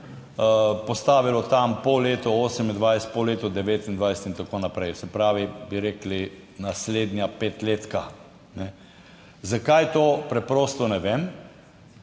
postavilo tam po letu 2028, po letu 2029 in tako naprej, se pravi, bi rekli naslednja petletka, ne. Zakaj, to preprosto ne vem